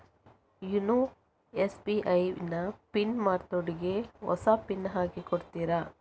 YONO SBI ನ PIN ಮರ್ತೋಗಿದೆ ಹೊಸ ಪಿನ್ ಹಾಕಿ ಕೊಡ್ತೀರಾ?